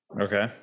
okay